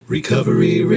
Recovery